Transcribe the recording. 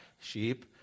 sheep